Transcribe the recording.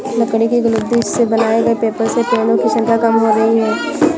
लकड़ी की लुगदी से बनाए गए पेपर से पेङो की संख्या कम हो रही है